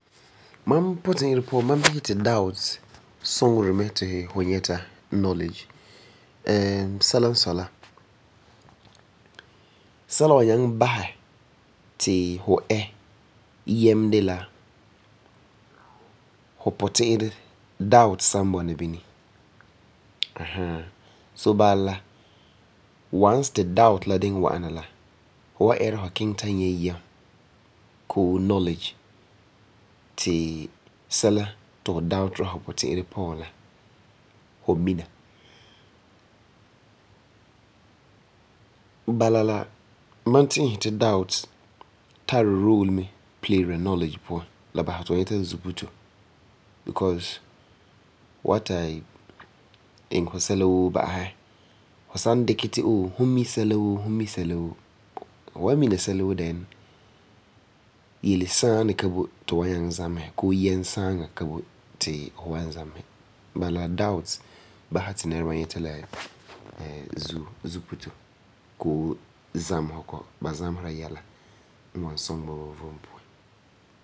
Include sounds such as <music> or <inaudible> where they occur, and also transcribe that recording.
Mam puti'irɛ puan ma bisɛ ti doubt suŋeri mɛ ti fu nyɛta knowledge. <hesitation> sɛla n sɔi la, sɛla nnwa nyaŋɛ basɛ ti fu ɛɛ yɛm de la fu puti'irɛ doubt san bɔna bini. So bala, once ti doubt la siŋɛ wa'ana la, fu wa ɛɛra fu kiŋɛ ta ɛɛ yɛm koo knowledge ti sɛla ti fu doubt ra fu puti'irɛ puan fu mina. Bala doubt basɛ ti nɛreba nyɛna la zuputo koo zamesegɔ, ba zamesa yɛla n wan suŋɛ ba vom puan.